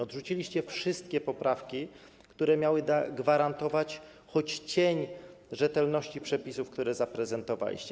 Odrzuciliście wszystkie poprawki, które miały gwarantować choć cień rzetelności przepisów, które zaprezentowaliście.